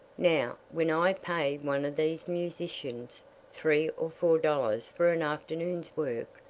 now, when i pay one of these musicians three or four dollars for an afternoon's work,